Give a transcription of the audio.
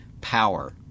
power